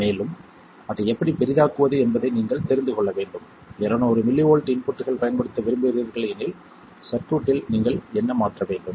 மேலும் அதை எப்படி பெரிதாக்குவது என்பதை நீங்கள் தெரிந்து கொள்ள வேண்டும் 200 மில்லி வோல்ட் இன்புட்கள் பயன்படுத்த விரும்புகிறீர்கள் எனில் சர்க்யூட்டில் நீங்கள் என்ன மாற்ற வேண்டும்